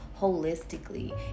holistically